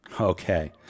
Okay